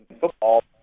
football